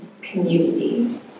community